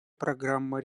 программа